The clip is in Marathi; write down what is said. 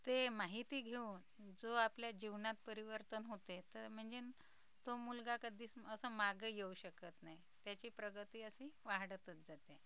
ते माहिती घेऊन जो आपल्या जीवनात परिवर्तन होते तर म्हणजे तो मुलगा कधीच असं मागं येऊ शकत नाही त्याची प्रगती अशी वाढतच जाते